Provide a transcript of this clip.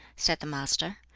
said the master,